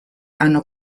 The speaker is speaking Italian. hanno